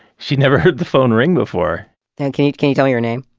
she never heard the phone ring before and can you can you tell me her name?